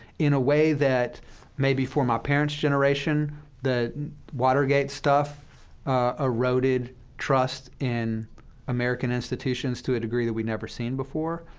in a way that maybe for my parents' generation the watergate stuff eroded trust in american institutions to a degree that we'd never seen before.